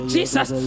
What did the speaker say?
Jesus